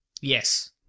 Yes